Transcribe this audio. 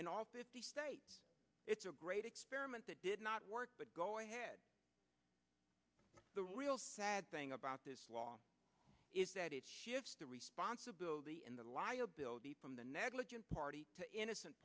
in all fifty states it's a great experiment that did not work but go ahead the real sad thing about this law is that it's the responsibility and the liability from the negligent party to innocent